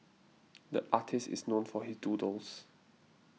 the artist is known for his doodles